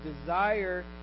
desire